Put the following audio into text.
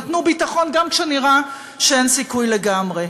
נתנו ביטחון גם כשנראה שאין סיכוי לגמרי,